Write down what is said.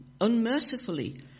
unmercifully